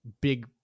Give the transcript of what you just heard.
big